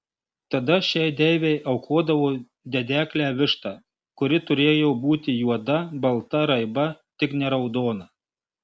tada šiai deivei aukodavo dedeklę vištą kuri turėjo būti juoda balta raiba tik ne raudona